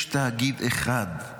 יש תאגיד אחד,